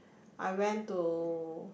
I went to